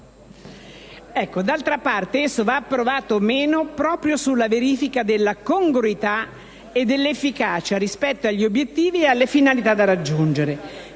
D'altra parte esso va approvato o meno proprio sulla verifica della congruità e dell'efficacia, rispetto agli obiettivi e alle finalità da raggiungere,